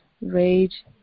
rage